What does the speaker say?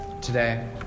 today